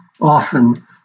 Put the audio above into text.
often